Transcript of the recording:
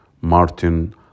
Martin